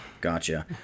Gotcha